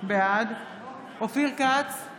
בעד אופיר כץ,